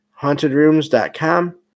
hauntedrooms.com